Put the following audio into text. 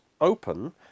open